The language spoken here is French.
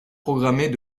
programmer